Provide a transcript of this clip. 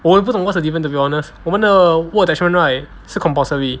我也不懂 what's the difference to be honest 我们的 work attachment right 是 compulsory